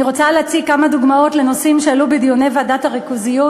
אני רוצה להציג כמה דוגמאות לנושאים שעלו בדיוני ועדת הריכוזיות